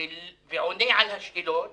ועונה על השאלות